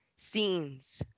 scenes